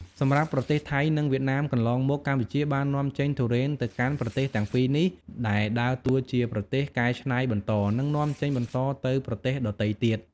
សម្រាប់ប្រទេសថៃ និងវៀតណាមកន្លងមក កម្ពុជាបាននាំចេញទុរេនទៅកាន់ប្រទេសទាំងពីរនេះ ដែលដើរតួជាប្រទេសកែច្នៃបន្ត និងនាំចេញបន្តទៅប្រទេសដទៃទៀត។